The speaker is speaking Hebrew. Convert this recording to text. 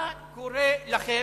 מה קורה לכם?